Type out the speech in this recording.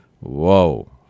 whoa